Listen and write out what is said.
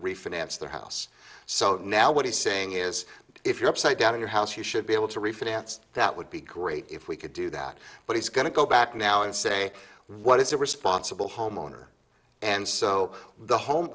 refinance their house so now what he's saying is if you're upside down in your house you should be able to refinance that would be great if we could do that but he's going to go back now and say what is a responsible homeowner and so the ho